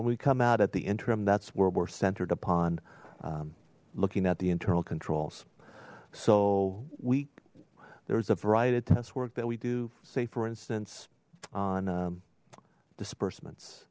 when we come out at the interim that's where we're centered upon looking at the internal controls so we there's a variety of test work that we do say for instance on disbursement